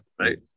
right